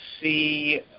see